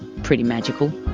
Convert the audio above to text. pretty magical.